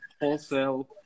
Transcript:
wholesale